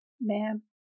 Ma'am